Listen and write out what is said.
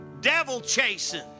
devil-chasing